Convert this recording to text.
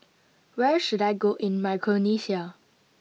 where should I go in Micronesia